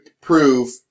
prove